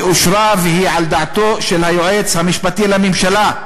ואושרה והיא על דעתו של היועץ המשפטי לממשלה.